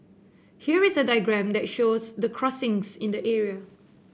here is a diagram that shows the crossings in the area